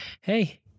Hey